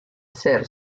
ser